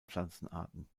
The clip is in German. pflanzenarten